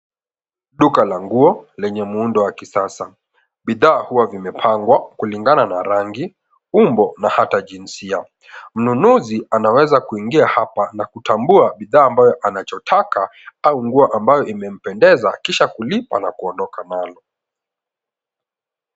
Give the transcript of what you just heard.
Duka la nguo lenye muundo wa kisasa. Bidhaa huwa vimepangwa kulingana na rangi, umbo na hata jinsia. Mnunuzi anaweza kuingia hapa na kutambua bidhaa ambayo anachotaka au nguo ambayo imempendeza kisha kulipa na kuondoka nalo.